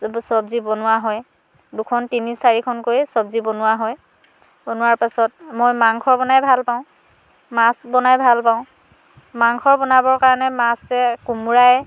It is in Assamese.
চব্জি বনোৱা হয় দুখন তিনি চাৰিখনকৈ চব্জি বনোৱা হয় বনোৱাৰ পাছত মই মাংস বনাই ভাল পাওঁ মাছ বনাই ভাল পাওঁ মাংস বনাবৰ কাৰণে মাছে কোমোৰাই